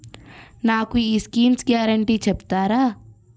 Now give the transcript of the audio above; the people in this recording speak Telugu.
నాకు ఈ స్కీమ్స్ గ్యారంటీ చెప్తారా?